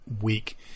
week